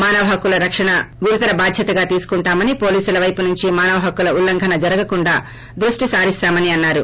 మానవహక్కుల రక్షణను గురుతర బాధ్వతగా తీసుకొంటామని పోలీసుల పైపు నుంచి మానవహక్కుల ఉల్లంఘన జరగకుండా దృష్టి సారిస్తామని అన్సారు